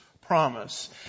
promise